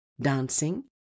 dancing